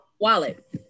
wallet